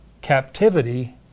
captivity